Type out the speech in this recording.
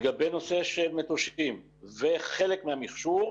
לגבי נושא של מטושים וחלק מהמכשור,